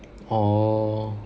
orh